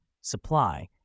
supply